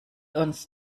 ons